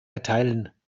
erteilen